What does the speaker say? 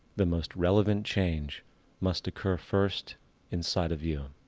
the most relevant change must occur first inside of you.